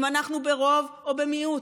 אם אנחנו ברוב או במיעוט,